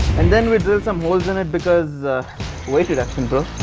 and then we drill some holes in it because weight reduction, bro!